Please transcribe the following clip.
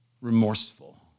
remorseful